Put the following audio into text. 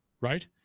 right